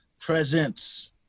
presence